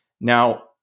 now